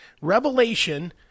Revelation